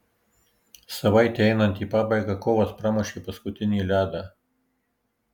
savaitei einant į pabaigą kovas pramušė paskutinį ledą